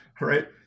right